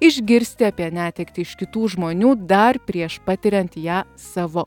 išgirsti apie netektį iš kitų žmonių dar prieš patiriant ją savo